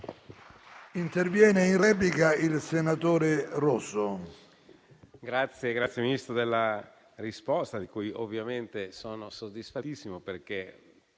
intervenire in replica il senatore Romeo,